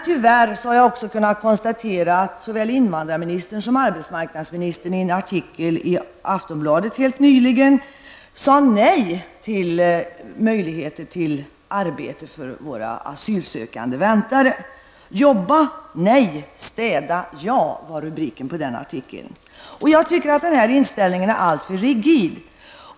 Tyvärr har jag också kunnat konstatera att såväl invandrarministern som arbetsmarknadsministern i en artikel i Aftonbladet nyligen sade nej till möjligheten till arbete för våra asylsökande. ''Jobba nej, städa ja'', lydde rubriken i artikeln. Jag tycker att den nuvarande inställningen är alltför rigid.